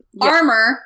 Armor